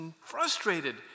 frustrated